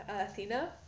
Athena